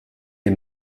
les